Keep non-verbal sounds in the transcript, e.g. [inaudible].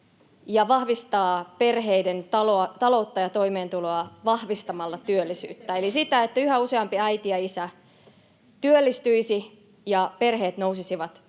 ja vahvistaa perheiden taloutta ja toimeentuloa vahvistamalla työllisyyttä eli sitä, että yhä useampi äiti ja isä työllistyisi [noise]